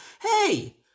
hey